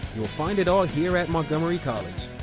find it all here at montgomery college.